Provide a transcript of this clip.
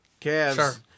Cavs